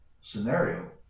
scenario